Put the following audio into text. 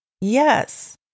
Yes